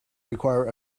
require